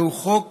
זהו חוק